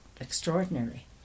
extraordinary